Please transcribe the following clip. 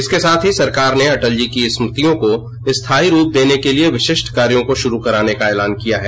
इसके साथ ही सरकार ने अटल जी की स्मृतियों को स्थायी रूप देने के लिए विशिष्ट कार्यो को शुरू कराने का एलान किया है